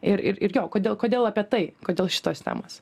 ir ir jo kodėl kodėl apie tai kodėl šitos temos